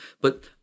but-